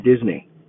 Disney